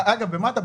אגב, במה אתה בוחר?